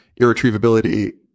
irretrievability